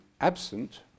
absent